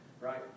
right